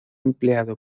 empleado